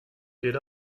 geht